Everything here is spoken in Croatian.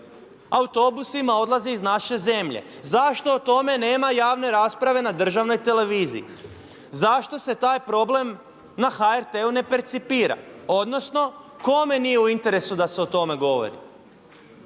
na državnoj televiziji? Zašto o tome nema javne rasprave na državnoj televiziji? Zašto se taj problem na HRT-u ne percipira odnosno kome nije u interesu da se o tome govori?